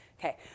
Okay